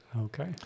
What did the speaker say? Okay